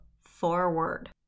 forward